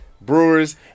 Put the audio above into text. Brewers